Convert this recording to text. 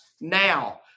now